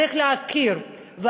צריך להכיר,